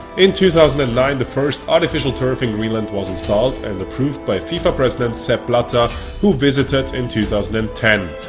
in two thousand and nine the first artificial turf in greenland was installed and approved by fifa president sepp blatter who visited in two thousand and ten.